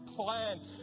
plan